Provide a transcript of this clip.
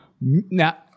now